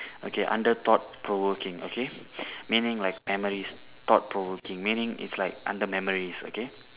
okay under thought provoking okay meaning like memories thought provoking meaning is like under memories okay